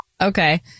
Okay